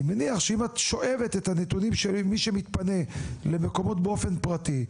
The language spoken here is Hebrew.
אני מניח שאם את שואבת את הנתונים של מי שמתפנה למקומות באופן פרטי,